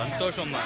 um social